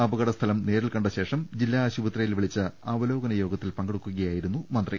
അപകടസ്ഥലം നേരിൽ കണ്ട ശേഷം ജില്ലാ ആശുപത്രിയിൽ വിളിച്ച അവലോകന യോഗ ത്തിൽ പങ്കെടുക്കുകയായിരുന്നു മന്ത്രി